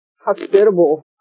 hospitable